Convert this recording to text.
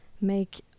make